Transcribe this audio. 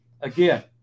Again